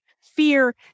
fear